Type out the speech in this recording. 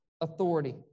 authority